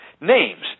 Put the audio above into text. names